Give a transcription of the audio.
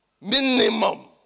Minimum